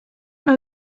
know